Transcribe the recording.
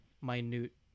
Minute